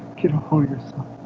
get a hold of yourself